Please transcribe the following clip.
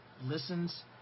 listens